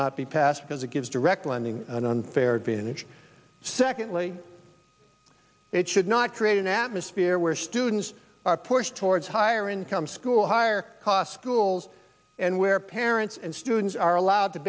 not be passed because it gives direct lending an unfair advantage secondly it should not create an atmosphere where students are pushed towards higher income school higher cost tools and where parents and students are allowed to